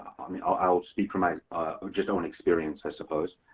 i mean i'll i'll speak for my just own experience i suppose.